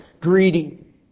greedy